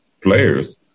players